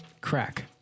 Crack